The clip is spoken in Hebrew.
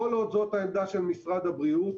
כל עוד זאת העמדה של משרד הבריאות,